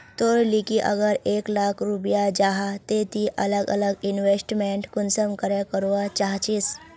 तोर लिकी अगर एक लाख रुपया जाहा ते ती अलग अलग इन्वेस्टमेंट कुंसम करे करवा चाहचिस?